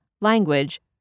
language